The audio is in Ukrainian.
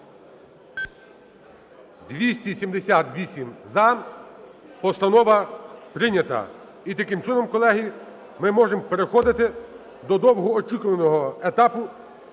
За-278 Постанова прийнята. І таким чином, колеги, ми можемо переходити до довгоочікуваного етапу